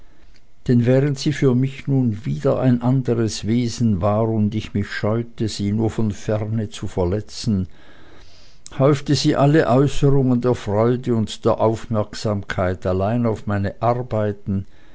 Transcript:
denn während sie für mich nun wieder ein anderes wesen war und ich mich scheute sie nur von ferne zu verletzen häufte sie alle äußerungen der freude und der aufmerksamkeit allein auf meine arbeiten